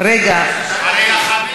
עמיר פרץ,